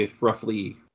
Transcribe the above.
roughly